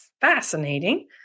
fascinating